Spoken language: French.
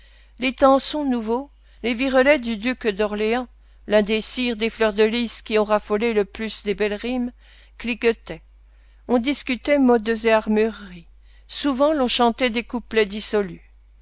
les tensons nouveaux les virelais du duc d'orléans l'un des sires des fleurs de lys qui ont raffolé le plus des belles rimes cliquetaient on discutait modes et armureries souvent l'on chantait des couplets dissolus